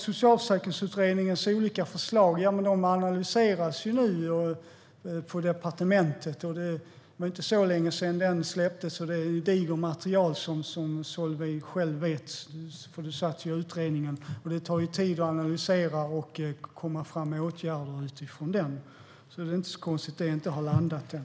Socialförsäkringsutredningens olika förslag analyseras nu på departementet. Det var inte så länge sedan utredningens släpptes, och det är ett digert material. Det vet Solveig, eftersom hon själv satt i utredningen. Det tar tid att analysera och komma fram med åtgärder utifrån den, så det är inte så konstigt att det inte har landat än.